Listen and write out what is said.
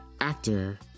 actor